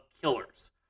killers